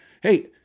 hey